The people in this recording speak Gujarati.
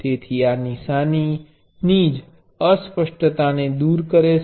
તેથી આ નિશાની ની અસ્પષ્ટતા ને દૂર કરે છે